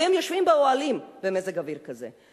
והם יושבים באוהלים במזג אוויר כזה.